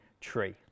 tree